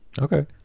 Okay